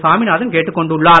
சாமிநாதன் கேட்டுக்கொண்டுள்ளார்